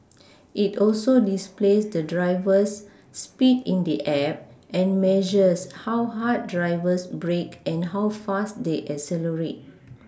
it also displays the driver's speed in the app and measures how hard drivers brake and how fast they accelerate